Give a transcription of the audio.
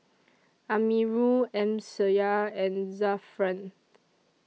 Amirul Amsyar and Zafran